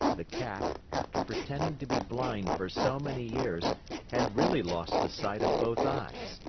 the cat, after pretending to be blind for so many years had really lost the sight of both eyes.